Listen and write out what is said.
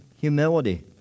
humility